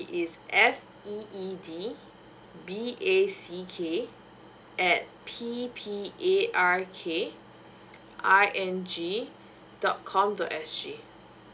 it is f e e d b a c k at p p a r k i n g dot com dot s g